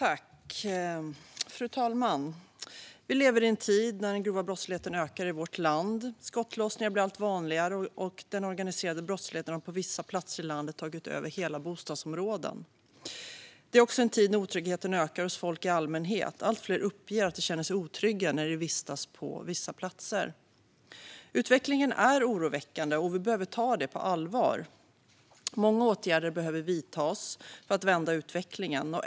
Fru talman! Vi lever i en tid när den grova brottsligheten ökar i vårt land. Skottlossningar blir allt vanligare, och den organiserade brottsligheten har på vissa platser i landet tagit över hela bostadsområden. Det är också en tid när otryggheten ökar hos folk i allmänhet. Allt fler uppger att de känner sig otrygga när de vistas på vissa platser. Utvecklingen är oroväckande, och vi behöver ta det på allvar. Många åtgärder behöver vidtas för att vända utvecklingen.